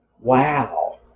wow